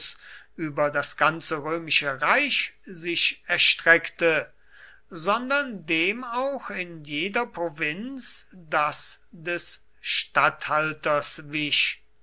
über das ganze römische reich sich erstreckte sondern dem auch in jeder provinz das des statthalters wich